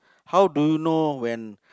how do you know when